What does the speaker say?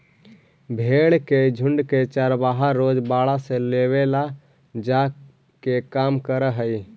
भेंड़ के झुण्ड के चरवाहा रोज बाड़ा से लावेले जाए के काम करऽ हइ